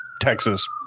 Texas